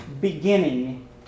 beginning